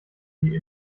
die